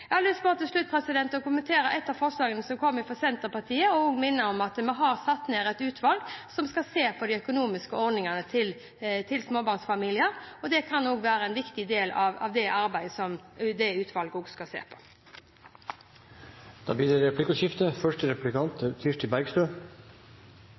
Jeg har til slutt lyst til bare å kommentere et av forslagene som kom fra Senterpartiet, og minne om at vi har satt ned et utvalg som skal se på de økonomiske ordningene for småbarnsfamilier. Det kan også være en viktig del av dette arbeidet. Det blir replikkordskifte. Statsråden snakket i sitt innlegg om følelsen av utilstrekkelighet i spedbarnsperioden. Likevel ønsker ikke statsråden å ta grep som